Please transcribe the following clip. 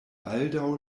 baldaŭ